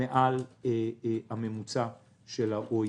מעל הממוצע של ה-OECD.